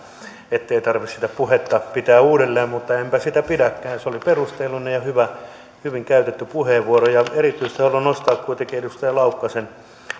ettei tarvitse sitä puhetta pitää uudelleen mutta enpä sitä pidäkään se oli perusteellinen ja hyvin käytetty puheenvuoro erityisesti haluan nostaa kuitenkin edustaja laukkasen